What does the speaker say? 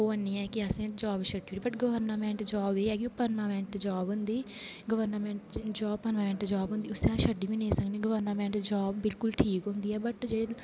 ओह है नी ऐ कि असें जाॅव छड्डी ओड़ी बट गवर्नामेंट जाॅव ऐ है कि परमानैंट जाॅब होंदी गवर्नामेंट जाॅव परमानैंट जाॅव होंदी उसी अस छड्डी बी नेई सकने गवर्नामेंट जाॅव बिल्कुल ठीक होंदी ऐ बट